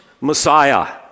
Messiah